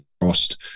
crossed